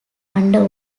under